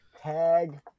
Tag